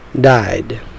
died